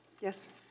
Yes